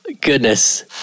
Goodness